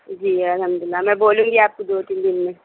جی الحمد اللہ میں بولوں گی آپ کو دو تین دن میں